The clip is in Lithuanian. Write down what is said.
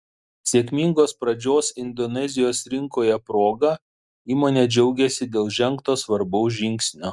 sėkmingos pradžios indonezijos rinkoje proga įmonė džiaugiasi dėl žengto svarbaus žingsnio